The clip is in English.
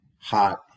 hot